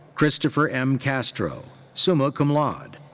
kristopher m. castro, summa cum laude.